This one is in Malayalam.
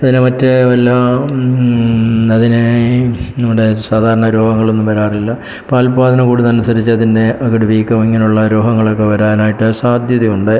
അതിന് മറ്റ് എല്ലാം അതിന് നമ്മുടെ സാധാരണ രോഗങ്ങളൊന്നും വരാറില്ല പാൽ ഉൽപ്പാദനം കൂടുന്നതിനനുസരിച്ച് അതിൻ്റെ അകിട് വീക്കം ഇങ്ങനെയുള്ള രോഗങ്ങളൊക്കെ വരാനായിട്ട് സാധ്യതയുണ്ട്